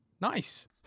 Nice